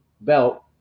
belt